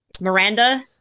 Miranda